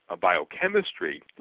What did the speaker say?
biochemistry